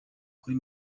kuri